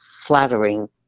flattering